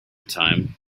time